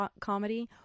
comedy